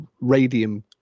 radium